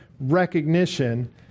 recognition